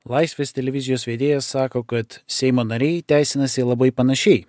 laisvės televizijos vedėjas sako kad seimo nariai teisinasi labai panašiai